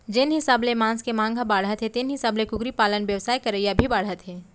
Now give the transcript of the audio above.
जेन हिसाब ले मांस के मांग ह बाढ़त हे तेन हिसाब ले कुकरी पालन बेवसाय करइया भी बाढ़त हें